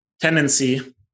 tendency